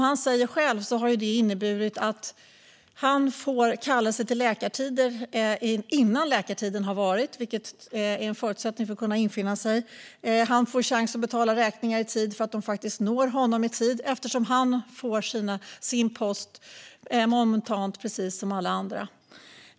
Han säger själv att det har inneburit att han får kallelser till läkartider innan läkartiden har varit, vilket är en förutsättning för att kunna infinna sig. Han får chans att betala räkningar i tid för att de faktiskt når honom i tid eftersom han får sin post momentant, precis som alla andra.